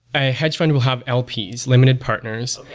a hedge fund will have lps, limited partners,